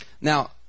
Now